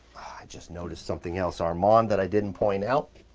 just noticed something else armand that i didn't point out.